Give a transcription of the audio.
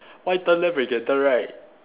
why turn left when you can turn right